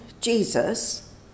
Jesus